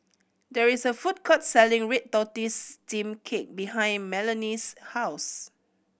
there is a food court selling red tortoise steamed cake behind Melonie's house